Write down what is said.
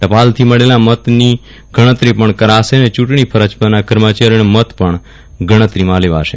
ટપાલથી મળેલા મતની ગણતરી પણ કરાશે અને ચૂંટણી ફરજ પરના કર્મચારીઓના મત પણ ગણતરીમાં લેવાશે